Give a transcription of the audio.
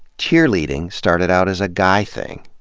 cheerleading started out as a guy thing.